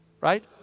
Right